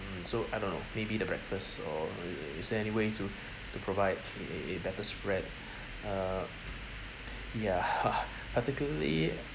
so I don't know maybe the breakfast or is is there any way to to provide a a a better spread uh ya particularly